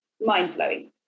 mind-blowing